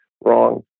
wrong